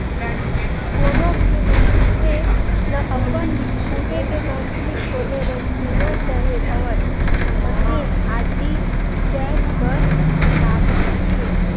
कोनो भी मइनसे लअपन खुदे के कंपनी खोले बर भुंइयां चहे भवन, मसीन आदि जाएत बर लागथे